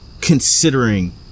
Considering